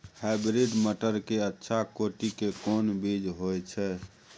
Hybrid मटर के अच्छा कोटि के कोन बीज होय छै?